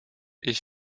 est